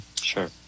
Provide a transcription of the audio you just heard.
Sure